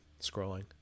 scrolling